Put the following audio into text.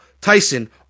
Tyson